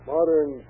Modern